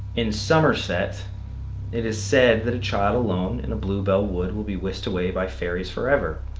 in somerset it is said that a child alone in a bluebell wood will be whisked away by fairies forever.